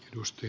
edusti